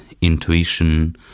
intuition